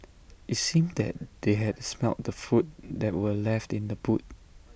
IT seemed that they had smelt the food that were left in the boot